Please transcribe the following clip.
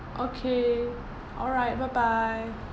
okay alright bye bye